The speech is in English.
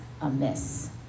amiss